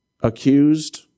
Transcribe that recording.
accused